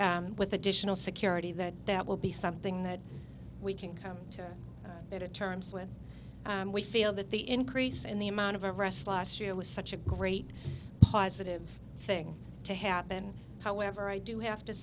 year with additional security that that will be something that we can come to it in terms with we feel that the increase in the amount of rest last year was such a great positive thing to happen however i do have to